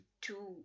two